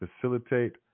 facilitate